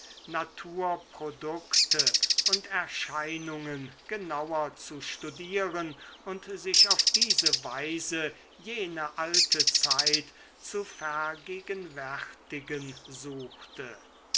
naturprodukte und erscheinungen genauer zu studieren und sich auf diese weise jene alte zeit zu vergegenwärtigen suchte